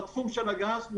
בתחום של הגז,